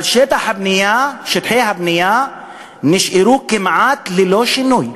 אבל שטחי הבנייה נשארו כמעט ללא שינוי.